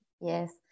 Yes